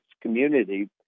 community